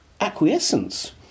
acquiescence